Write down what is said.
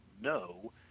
no